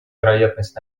вероятность